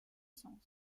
sens